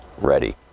ready